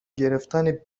گرفتن